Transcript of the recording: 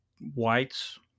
whites